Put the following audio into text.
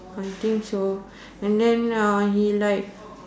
I think so and then uh he like